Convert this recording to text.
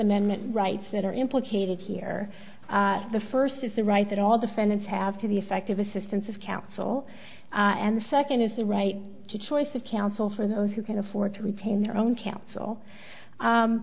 amendment rights that are implicated here the first is the right that all defendants have to the effective assistance of counsel and the second is the right to choice of counsel for those who can afford to retain their own counsel